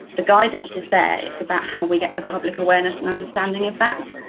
the guidance is there it's about how we get the public awareness and understanding of that.